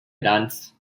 dance